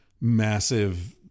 massive